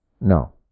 No